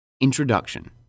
Introduction